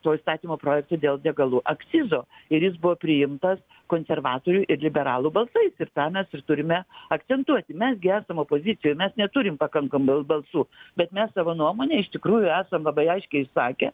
to įstatymo projekto dėl degalų akcizo ir jis buvo priimtas konservatorių ir liberalų balsais ir tą mes ir turime akcentuoti mes gi esam opozicijoj mes neturim pakankamai balsų bet mes savo nuomonę iš tikrųjų esam labai aiškiai išsakę